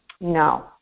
No